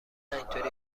اینطوری